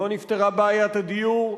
לא נפתרה בעיית הדיור,